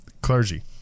Clergy